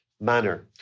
manner